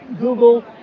Google